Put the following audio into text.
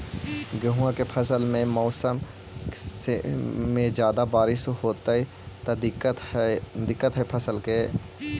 गेहुआ के फसल के मौसम में ज्यादा बारिश होतई त का दिक्कत हैं फसल के?